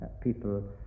people